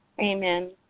Amen